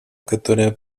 которое